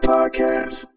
Podcast